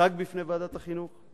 שהוצג בפני ועדת החינוך.